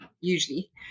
usually